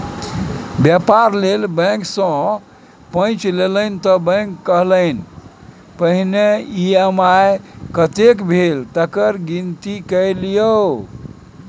बेपार लेल बैंक सँ पैंच लेलनि त बैंक कहलनि पहिने ई.एम.आई कतेक भेल तकर गिनती कए लियौ